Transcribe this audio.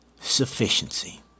sufficiency